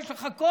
יש לך כוח,